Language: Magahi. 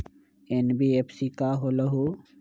एन.बी.एफ.सी का होलहु?